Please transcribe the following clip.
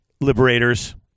Liberators